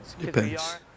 depends